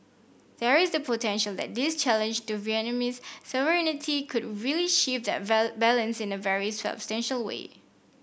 there is the potential that this challenge to Vietnamese sovereignty could really shift that balance in a very way